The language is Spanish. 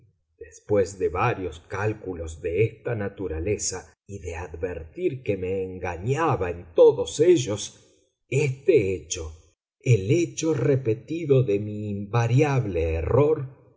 después de varios cálculos de esta naturaleza y de advertir que me engañaba en todos ellos este hecho el hecho repetido de mi invariable error